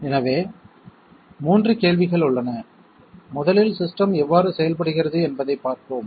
எனவே 3 கேள்விகள் உள்ளன முதலில் சிஸ்டம் எவ்வாறு செயல்படுகிறது என்பதைப் பார்ப்போம்